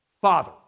Father